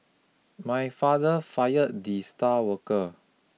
my father fired the star worker